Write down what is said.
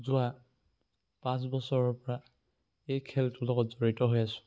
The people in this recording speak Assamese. যোৱা পাঁচ বছৰৰ পৰা এই খেলটোৰ লগত জড়িত হৈ আছোঁ